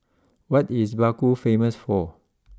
what is Baku famous for